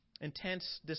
intense